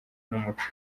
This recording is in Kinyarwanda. n’umuco